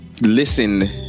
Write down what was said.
listen